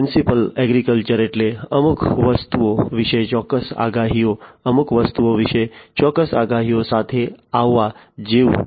precision agriculture એટલે અમુક વસ્તુઓ વિશે ચોક્કસ આગાહીઓ અમુક વસ્તુઓ વિશે ચોક્કસ આગાહીઓ સાથે આવવા જેવું